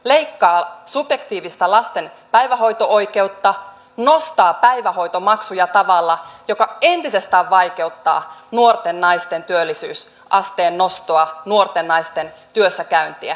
leikkaa subjektiivista lasten päivähoito oikeutta nostaa päivähoitomaksuja tavalla joka entisestään vaikeuttaa nuorten naisten työllisyysasteen nostoa nuorten naisten työssäkäyntiä